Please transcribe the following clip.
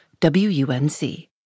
WUNC